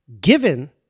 given